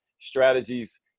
strategies